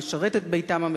הוא משרת את ביתם המשותף.